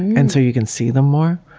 and so you can see them more.